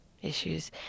issues